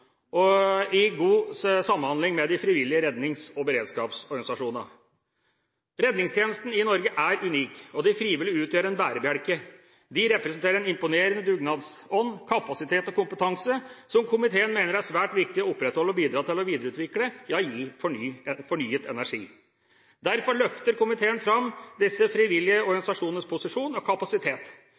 sjølsagt i god samhandling med de frivillige rednings- og beredskapsorganisasjonene. Redningstjenesten i Norge er unik, og de frivillige utgjør en bærebjelke. De representerer en imponerende dugnadsånd, kapasitet og kompetanse som komiteen mener det er svært viktig å opprettholde og bidra til å videreutvikle – ja, gi fornyet energi. Derfor løfter komiteen fram disse frivillige organisasjonenes posisjon og kapasitet.